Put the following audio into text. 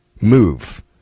Move